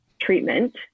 treatment